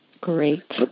Great